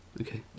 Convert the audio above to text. Okay